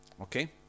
Okay